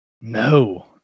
No